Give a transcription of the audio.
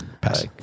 Pass